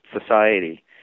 society